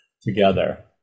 together